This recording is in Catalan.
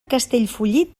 castellfollit